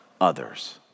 others